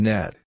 Net